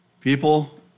People